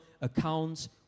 accounts